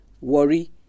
worry